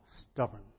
stubborn